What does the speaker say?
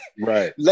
Right